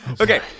Okay